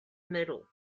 medal